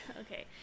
Okay